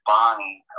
Bonnie